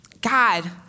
God